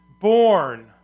Born